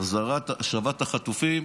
השבת החטופים